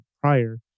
prior